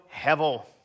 Hevel